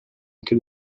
anche